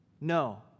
No